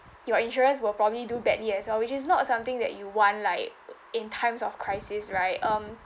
your insurance will probably do badly as well which is not something that you want like in times of crisis right um